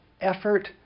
effort